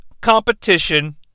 competition